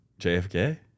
JFK